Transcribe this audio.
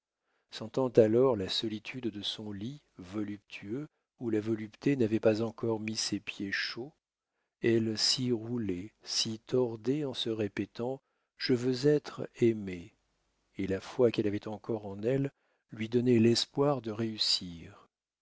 sentant alors la solitude de son lit voluptueux où la volupté n'avait pas encore mis ses pieds chauds elle s'y roulait s'y tordait en se répétant je veux être aimée et la foi qu'elle avait encore en elle lui donnait l'espoir de réussir